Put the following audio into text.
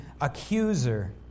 accuser